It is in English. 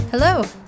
Hello